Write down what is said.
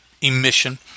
emission